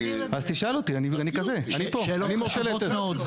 אז תשאל אותי, אני פה, אני מורשה להיתר.